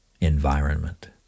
environment